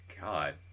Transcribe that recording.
God